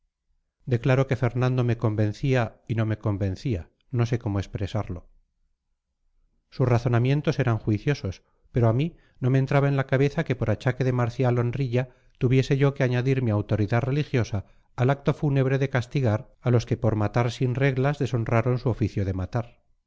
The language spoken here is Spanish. declaro que fernando me convencía y no me convencía no sé cómo expresarlo sus razonamientos eran juiciosos pero a mí no me entraba en la cabeza que por achaque de marcial honrilla tuviese yo que añadir mi autoridad religiosa al acto fúnebre de castigar a los que por matar sin reglas deshonraron su oficio de matar